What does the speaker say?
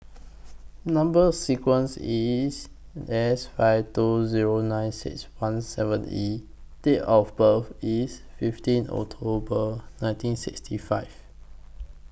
Number sequence IS S five two Zero nine six one seven E Date of birth IS fifteen October nineteen sixty five